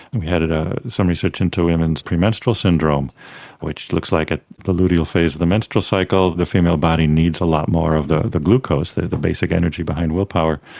we had ah some research into women's premenstrual syndrome which looks like at the luteal phase of the menstrual cycle the female body needs a lot more of the the glucose, the the basic energy behind willpower,